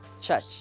Church